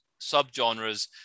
subgenres